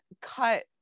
cut